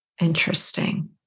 Interesting